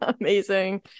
amazing